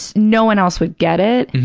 no one else would get it,